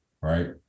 Right